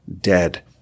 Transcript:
dead